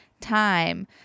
time